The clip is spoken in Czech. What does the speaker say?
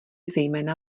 zejména